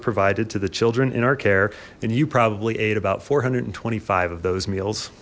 are provided to the children in our care and you probably ate about four hundred and twenty five of those meals